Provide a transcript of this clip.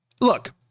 Look